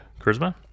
charisma